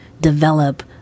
develop